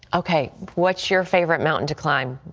ok, what's your favorite mountain to climb.